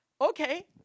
okay